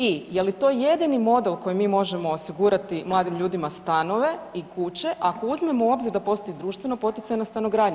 I je li to jedini model koji mi možemo osigurati mladim ljudima stanove i kuće ako uzmemo u obzir da postoji društveno-poticajna stanogradnja?